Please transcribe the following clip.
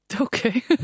okay